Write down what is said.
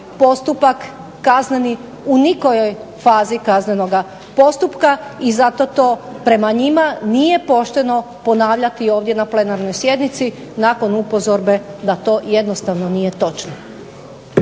postupak kazneni u nikojoj fazi kaznenoga postupka i zato to prema njima nije pošteno ponavljati ovdje na plenarnoj sjednici nakon upozorbe da to jednostavno nije točno.